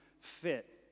fit